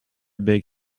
big